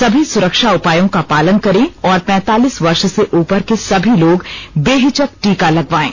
सभी सुरक्षा उपायों का पालन करें और पैंतालीस वर्ष से उपर के सभी लोग बेहिचक टीका लगवायें